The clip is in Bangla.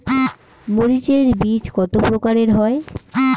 মরিচ এর বীজ কতো প্রকারের হয়?